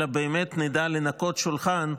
אלא באמת נדע לנקות שולחן.